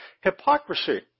Hypocrisy